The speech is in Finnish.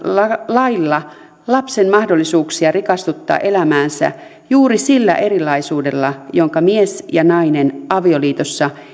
lailla lapsen mahdollisuuksia rikastuttaa elämäänsä juuri sillä erilaisuudella jonka mies ja nainen avioliitossa